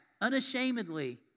unashamedly